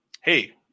hey